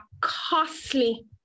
costly